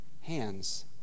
hands